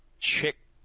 chick